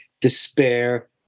despair